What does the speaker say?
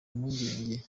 impungenge